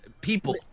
People